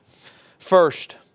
First